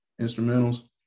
instrumentals